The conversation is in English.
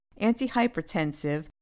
antihypertensive